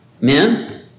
Men